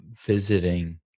visiting